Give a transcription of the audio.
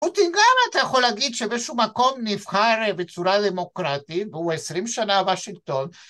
אותי גם אתה יכול להגיד שבאיזשהו מקום נבחר בצורה דמוקרטית והוא 20 שנה וושינגטון